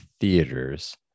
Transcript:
theaters